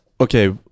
Okay